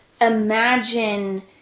imagine